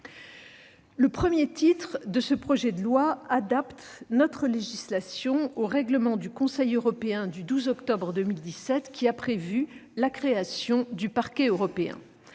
Le titre I de ce projet de loi adapte notre législation au règlement du Conseil européen du 12 octobre 2017, qui a prévu la création du Parquet européen.